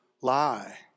lie